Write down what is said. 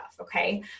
okay